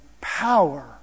power